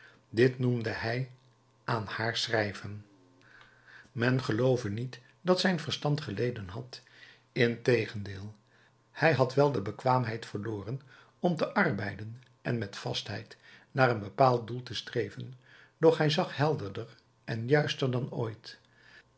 dit noemde hij aan haar schrijven men geloove niet dat zijn verstand geleden had integendeel hij had wel de bekwaamheid verloren om te arbeiden en met vastheid naar een bepaald doel te streven doch hij zag helderder en juister dan ooit